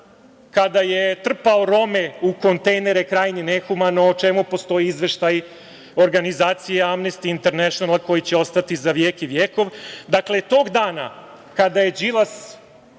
kada je trpao Rome u kontejnere, krajnje nehumano, a o čemu postoji izveštaj organizacije Amnesty International koji će ostati za vjek i vjekov, ali tog dana kada je Đilas,